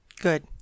Good